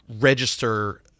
register